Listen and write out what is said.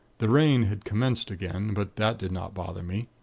the rain had commenced again but that did not bother me.